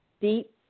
deep